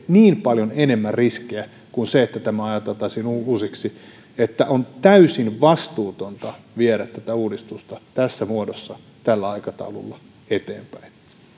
niin paljon enemmän riskejä kuin se että tämä ajateltaisiin uusiksi että on täysin vastuutonta viedä tätä uudistusta tässä muodossa tällä aikataululla eteenpäin